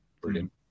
brilliant